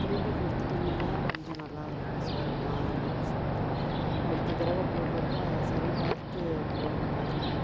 திரும்பி கொடுத்துட்டீங்கன்னா கொஞ்சம் நல்லா இருக்கும் சார் நான் நெக்ஸ்ட்டு அடுத்த தடவை போடுறப்ப சரி பார்த்து போடுற மாதிரி இருக்கும்